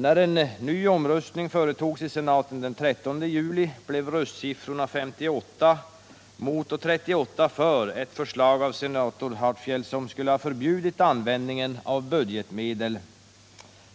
När en ny omröstning företogs i senaten den 13 juli blev röstsiffrorna 58 mot och 38 för ett förslag av senator Hatfield, som skulle ha förbjudit användningen av budgetmedel